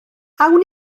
awn